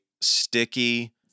sticky